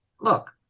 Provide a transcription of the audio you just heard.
look